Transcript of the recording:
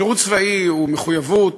שירות צבאי הוא מחויבות,